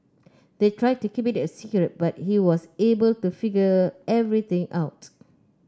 they tried to keep it a secret but he was able to figure everything out